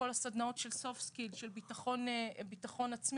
כל הסדנאות של ביטחון עצמי.